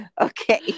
okay